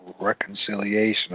reconciliation